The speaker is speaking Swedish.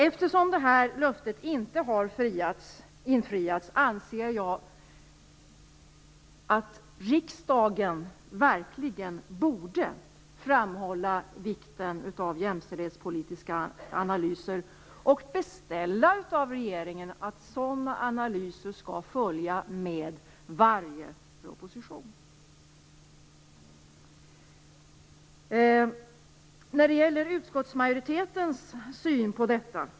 Eftersom löftet inte har infriats, anser jag att riksdagen verkligen borde framhålla vikten av jämställdhetspolitiska analyser och beställa av regeringen att sådana analyser skall följa med varje proposition. Jag är förvånad över utskottsmajoritetens syn på detta.